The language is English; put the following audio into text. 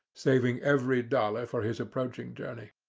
saving every dollar for his approaching journey.